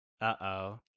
Uh-oh